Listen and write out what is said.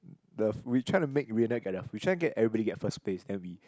the we trying to make Raned get the we trying get everybody get first place then we